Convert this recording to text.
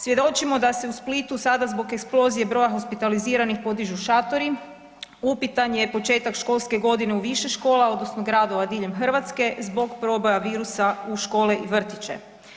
Svjedočimo da se u Splitu sada zbog eksplozije broja hospitaliziranih podižu šatori, upitan je početak školske godine u više škola odnosno gradova diljem Hrvatske zbog proboja virusa u škole i vrtiće.